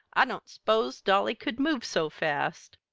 i didn't s'pose dolly could move so fast!